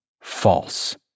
false